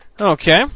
Okay